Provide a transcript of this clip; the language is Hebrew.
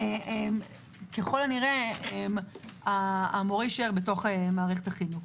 ככל הנראה המורה יישאר בתוך מערכת החינוך.